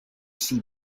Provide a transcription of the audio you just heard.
see